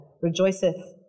Rejoiceth